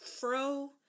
fro